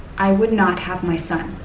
i would not have my son.